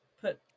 put